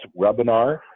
webinar